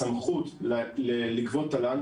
הסמכות לגבות תל"ן,